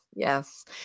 Yes